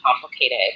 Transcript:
complicated